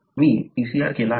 मी PCR केला आहे